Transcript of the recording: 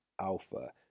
alpha